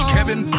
Kevin